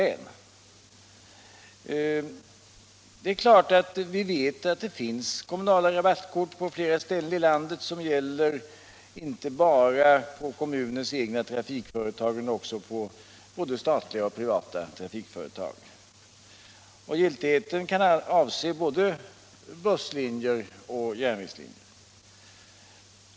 Vi vet att det på flera ställen i landet finns kommunala rabattkort som gäller för resor inte bara med kommunens egna trafikföretag utan 91 periodkort i kollektivtrafiken också med både statliga och privata trafikföretag. Deras giltighet kan omfatta både busslinjer och järnvägslinjer.